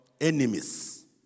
enemies